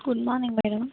good morning madam